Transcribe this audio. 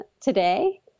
today